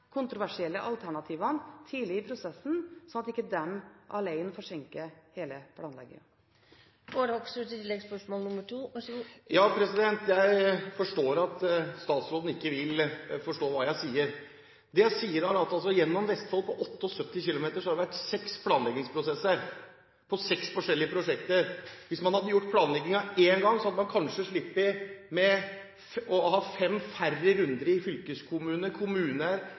kontroversielle alternativene tidlig i prosessen, slik at ikke de alene forsinker hele planleggingen. Jeg forstår at statsråden ikke vil forstå hva jeg sier. Det jeg sier, er at gjennom Vestfold, på 78 km, har det vært seks planleggingsprosesser – seks forskjellige prosjekter. Hvis man hadde gjort planleggingen én gang, hadde man kanskje sluppet med fem færre runder i fylkeskommune, kommuner